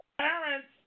parents